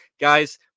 guys